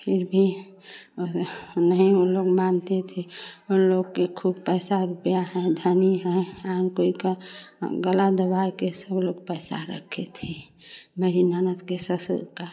फिर भी नहीं उन लोग मानते थे उन लोग के खूब पैसा रुपया है धनी हैं हर कोई का अ गला दबाय के सब लोग पैसा रखे थे मेरी ननद के ससुर का